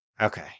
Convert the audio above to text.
Okay